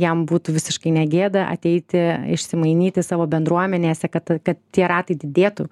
jam būtų visiškai negėda ateiti išsimainyti savo bendruomenėse kad kad tie ratai didėtų